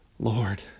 Lord